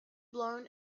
blown